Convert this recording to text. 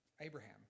Abraham